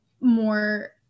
more